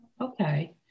Okay